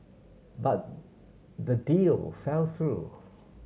but the deal fell through